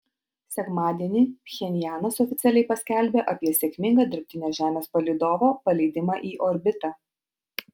sekmadienį pchenjanas oficialiai paskelbė apie sėkmingą dirbtinio žemės palydovo paleidimą į orbitą